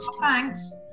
Thanks